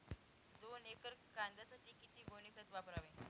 दोन एकर कांद्यासाठी किती गोणी खत वापरावे?